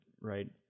right